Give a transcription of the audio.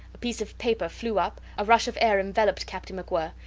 a piece of paper flew up, a rush of air enveloped captain macwhirr.